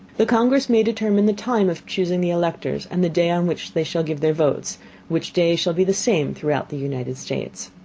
the congress may determine the time of chusing the electors, and the day on which they shall give their votes which day shall be the same throughout the united states.